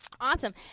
awesome